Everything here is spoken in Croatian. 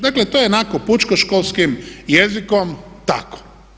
Dakle, to je onako pučko školskim jezikom tako.